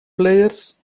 players